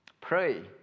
Pray